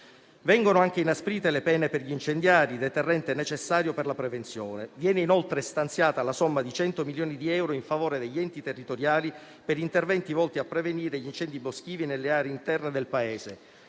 Vengono anche inasprite le pene per gli incendiari, deterrente necessario per la prevenzione. Viene, inoltre, stanziata la somma di 100 milioni di euro in favore degli enti territoriali per interventi volti a prevenire gli incendi boschivi nelle aree interne del Paese,